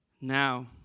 Now